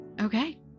okay